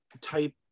type